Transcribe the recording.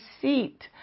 seat